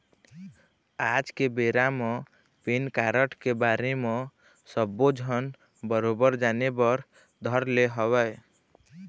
आज के बेरा म पेन कारड के बारे म सब्बो झन बरोबर जाने बर धर ले हवय